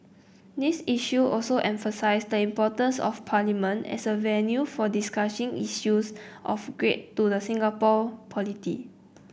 these issue also emphasise the importance of Parliament as a venue for discussing issues of great to the Singaporean polity